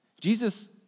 Jesus